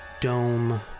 dome